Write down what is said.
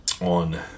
on